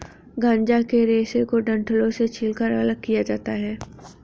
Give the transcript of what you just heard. गांजा के रेशे को डंठलों से छीलकर अलग किया जाता है